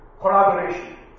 Collaboration